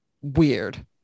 weird